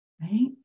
Right